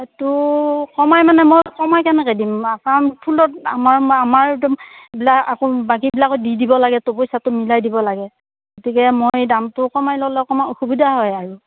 সেইটো কমাই মানে মই কমাই কেনেকে দিম কাৰণ ফুলত আমাৰ আমাৰ একদম আকৌ বাকী বিলাকত দি দিব লাগেতো পইচাটো মিলাই দিব লাগে গতিকে মই দামটো কমাই ল'লে অকণমান অসুবিধা হয় আৰু